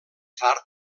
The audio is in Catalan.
tard